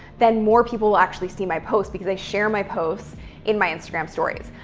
then more people will actually see my posts, because they share my posts in my instagram stories.